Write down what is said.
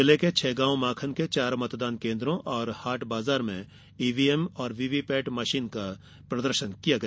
जिले के छैगॉव माखन के चार मतदान केन्द्रों और हाट बाजार में ईवीएम और वीवीपैट मशीन का प्रदर्शन किया गया